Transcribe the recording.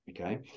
Okay